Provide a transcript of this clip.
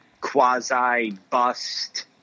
quasi-bust